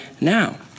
now